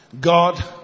God